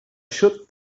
should